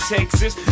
Texas